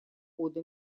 ухода